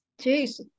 Jeez